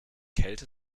kälte